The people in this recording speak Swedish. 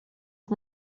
att